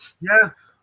Yes